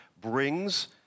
brings